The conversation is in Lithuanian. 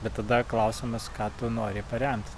bet tada klausimas ką tu nori paremti